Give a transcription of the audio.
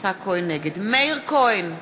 מאיר כהן,